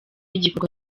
igikorwa